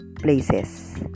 places